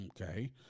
Okay